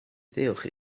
ddiolch